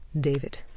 David